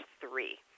three